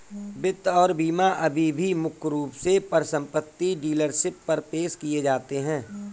वित्त और बीमा अभी भी मुख्य रूप से परिसंपत्ति डीलरशिप पर पेश किए जाते हैं